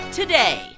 today